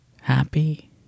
happy